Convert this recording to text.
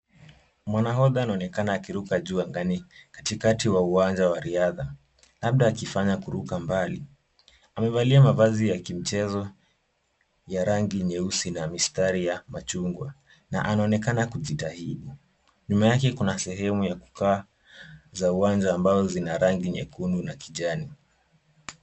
Mwanahodha anaonekana akiruka jua angani, katikati wa uwanja wa riadha, labda akifanya kuruka mbali. Amevalia mavazi ya kimchezo, ya rangi nyeusi na mistari ya machungwa na anaonekana kujitahidi. Nyuma yake kuna sehemu ya kukaa za uwanja ambazo zina rangi nyekundu na kijani.